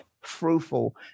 fruitful